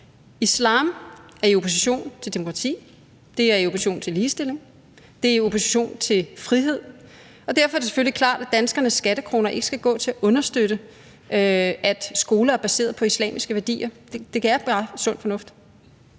Islam er i opposition til demokrati, det er i opposition til ligestilling, det er i opposition til frihed, og derfor er det selvfølgelig klart, at danskernes skattekroner ikke skal gå til at understøtte skoler baseret på islamiske værdier. Det er bare sund fornuft.